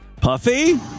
Puffy